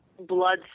blood